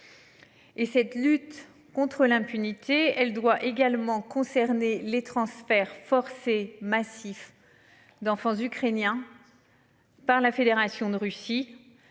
cette lutte contre l'impunité. Elle doit également concerner les transferts forcés massif. D'enfants ukrainiens. Par la Fédération de Russie.